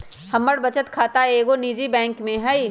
हमर बचत खता एगो निजी बैंक में हइ